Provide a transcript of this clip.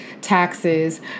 taxes